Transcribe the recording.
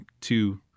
two